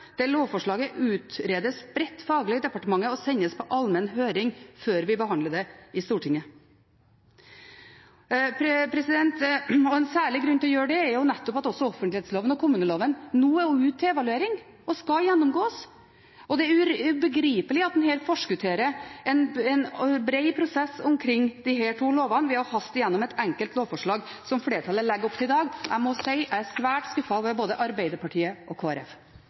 der lovforslaget utredes bredt faglig i departementet og sendes på allmenn høring før vi behandler det i Stortinget. En særlig grunn til å gjøre det, er nettopp at også offentlighetsloven og kommuneloven nå er ute til evaluering og skal gjennomgås. Det er ubegripelig at en her forskutterer en bred prosess omkring disse to lovene ved å haste igjennom et enkelt lovforslag som flertallet legger opp til i dag. Jeg må si jeg er svært skuffet over både Arbeiderpartiet og